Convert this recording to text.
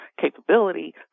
capability